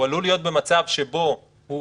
הוא עלול להיות במצב שבו הוא